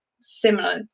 similar